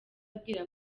abwira